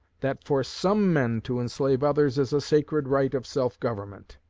that for some men to enslave others is a sacred right of self-government.